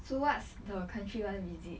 so what's the country you want to visit